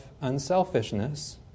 unselfishness